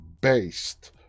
based